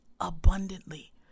abundantly